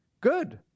good